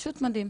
פשוט מדהים.